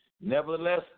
Nevertheless